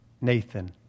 Nathan